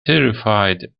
terrified